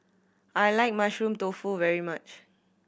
I like Mushroom Tofu very much